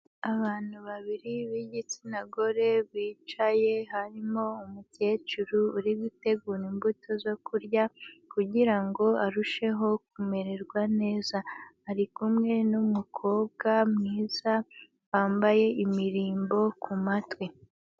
Abantu babiri b'igitsina gore bicaye harimo umukecuru uri gutegura imbuto zo kurya kugirango arusheho kumererwa neza, ari kumwe n'umukobwa mwiza wambaye imirimbo kumatwi.